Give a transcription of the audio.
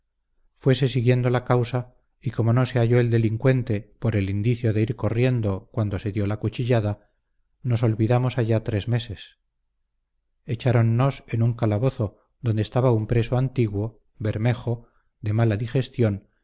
fuese siguiendo la causa y como no se halló el delincuente por el indicio de ir corriendo cuando se dio la cuchillada nos olvidamos allá tres meses echáronnos en un calabozo donde estaba un preso antiguo bermejo de mala digestión